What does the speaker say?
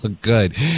good